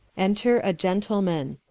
enter a gentleman.